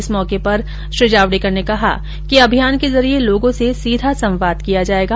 इस मौके पर श्री जावडेकर ने कहा कि अभियान के जरिये लोगों से सीधा संवाद किया जायेगा